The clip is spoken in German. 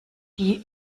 die